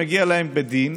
שמגיע להם בדין,